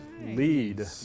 lead